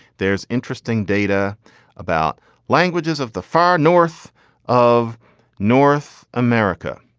there is interesting data about languages of the far north of north america.